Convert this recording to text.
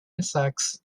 insects